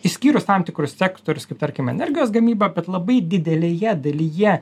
išskyrus tam tikrus sektorius kaip tarkim energijos gamyba bet labai didelėje dalyje